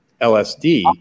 LSD